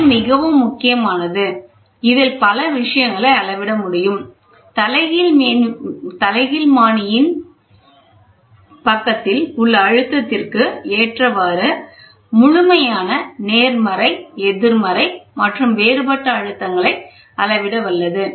இது மிகவும் முக்கியமானது இதில் பல விஷயங்களை அளவிட முடியும் தலைகீழ் மணியின் பக்கத்தில் உள்ள அழுத்தத்திற்கு ஏற்றவாறு முழுமையான நேர்மறை எதிர்மறை மற்றும் வேறுபட்ட அழுத்தங்களை அளவிட வல்லது